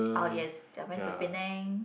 orh yes I went to Penang